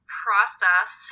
process